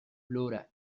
flora